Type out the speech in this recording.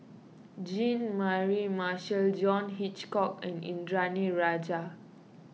Jean Mary Marshall John Hitchcock and Indranee Rajah